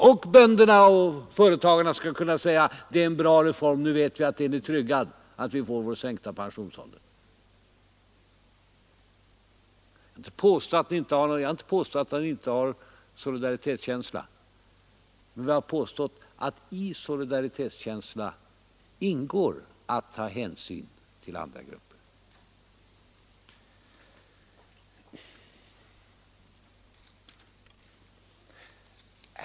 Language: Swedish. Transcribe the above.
Även bönder och företagare skall kunna säga att reformen tryggar deras sänkta pensionsålder. Jag har inte påstått att herr Fälldin inte har solidaritetskänsla men att i solidaritetskänsla ingår att ta hänsyn till andra grupper.